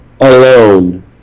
alone